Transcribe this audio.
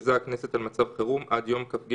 מכריזה הכנסת על מצב חירום עד יום כ"ג